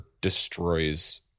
destroys